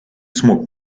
смог